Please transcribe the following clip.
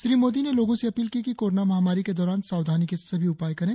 श्री मोदी ने लोगों से अपील की कि वे कोरोना महामारी के दौरान सावधानी के सभी उपाय करें